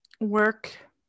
work